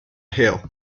hill